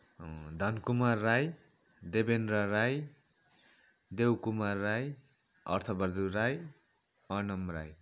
Dhan Kumar Rai Devendra Rai Dev Kumar Rai Arth Bahadur Rai Anam Rai